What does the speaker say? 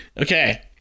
Okay